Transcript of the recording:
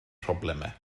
problemau